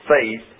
faith